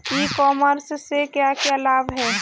ई commerce से क्या क्या लाभ हैं?